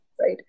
right